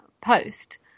post